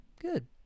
Good